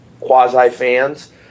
quasi-fans